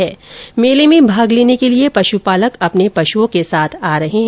र्मेले में भाग लेने के लिए पश्पपालक अपने पश्ओ के साथ आ रहे है